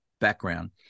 background